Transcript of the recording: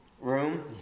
room